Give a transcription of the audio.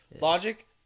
Logic